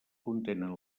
contenen